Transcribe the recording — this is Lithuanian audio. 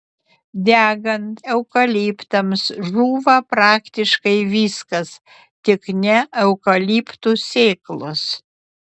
degant eukaliptams žūva praktiškai viskas tik ne eukaliptų sėklos